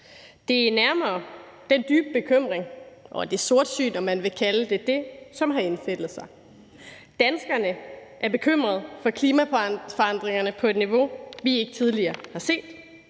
det er nærmere den dybe bekymring og det sortsyn, om man vil kalde det det, som har indfundet sig. Danskerne er bekymrede for klimaforandringerne på et niveau, vi ikke tidligere har set.